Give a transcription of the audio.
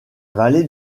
vallée